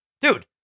Dude